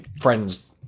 friends